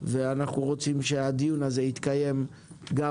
ואנחנו רוצים שהדיון הזה יתקיים גם